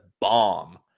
bomb